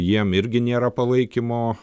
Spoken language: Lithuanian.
jiem irgi nėra palaikymo